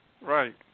Right